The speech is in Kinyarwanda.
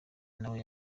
nawe